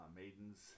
maidens